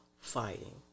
fighting